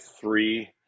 three